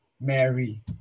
Mary